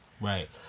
Right